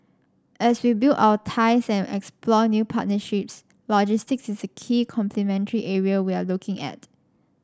as we build our ties and explore new partnerships logistics is a key complementary area we are looking at